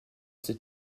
cette